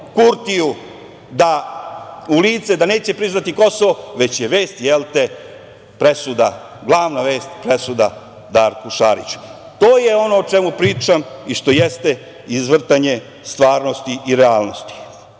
Kurtiju u lice da neće priznati Kosovo, već je glavna vest presuda Darku Šariću. To je ono o čemu pričam i što jeste izvrtanje stvarnosti i realnosti.